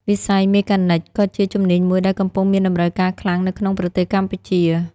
វិស័យ មេកានិក ក៏ជាជំនាញមួយដែលកំពុងមានតម្រូវការខ្លាំងនៅក្នុងប្រទេសកម្ពុជា។